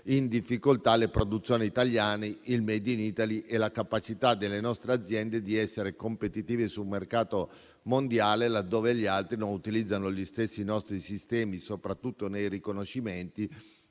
in difficoltà le produzioni italiane, il *made in Italy* e la capacità delle nostre aziende di essere competitive su un mercato mondiale, laddove gli altri non utilizzano gli stessi nostri sistemi, soprattutto per i riconoscimenti.